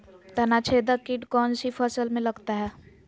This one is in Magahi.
तनाछेदक किट कौन सी फसल में लगता है?